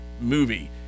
movie